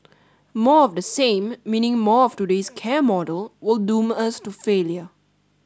more of the same meaning more of today's care model will doom us to failure